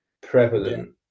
prevalent